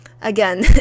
again